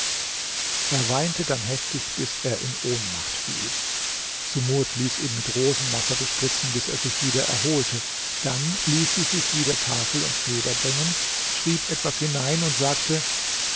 er weinte dann heftig bis er in ohnmacht fiel sumurd ließ ihn mit rosenwasser bespritzen bis er sich wieder erholte dann ließ sie sich wieder tafel und feder bringen schrieb etwas hinein und sagte